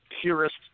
purest